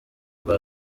rwa